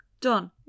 Done